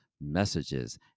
messages